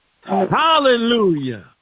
Hallelujah